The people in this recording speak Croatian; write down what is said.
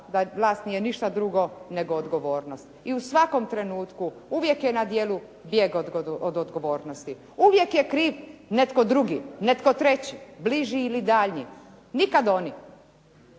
da vlast nije ništa drugo nego odgovornost i u svakom trenutku uvijek je na djelu bijeg od odgovornosti. Uvijek je kriv netko drugi, netko treći, bliži ili daljnji, nikad oni.